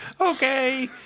okay